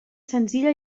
senzilla